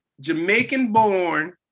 Jamaican-born